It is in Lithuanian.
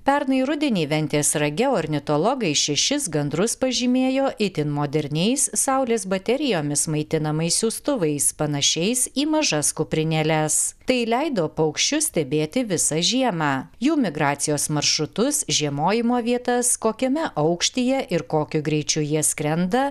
pernai rudenį ventės rage ornitologai šešis gandrus pažymėjo itin moderniais saulės baterijomis maitinamais siųstuvais panašiais į mažas kuprinėles tai leido paukščius stebėti visą žiemą jų migracijos maršrutus žiemojimo vietas kokiame aukštyje ir kokiu greičiu jie skrenda